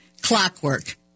Clockwork